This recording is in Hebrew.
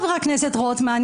חבר הכנסת רוטמן,